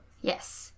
Yes